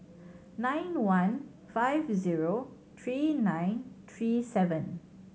nine one five zero three nine three seven